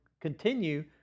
continue